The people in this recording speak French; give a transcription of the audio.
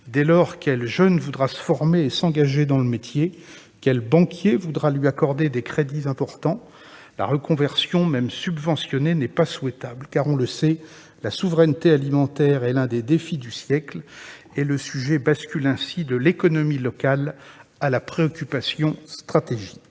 Dès lors, quel jeune voudra se former et s'engager dans le métier ? Quel banquier voudra lui accorder des crédits importants ? La reconversion, même subventionnée, n'est pas souhaitable. En effet, on sait que la souveraineté alimentaire est l'un des défis du siècle, ce qui fait basculer le sujet de l'économie locale à la préoccupation stratégique.